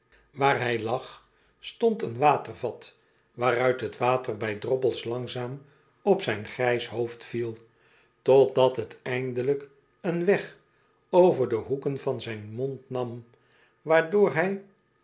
waar hij lag stond een water vat waaruit t water bij droppels langzaam op zijn grijs hoofd viel totdat t eindelijk een weg over de hoeken van zijn mond nam waardoor hij